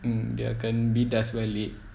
mm dia akan bidas balik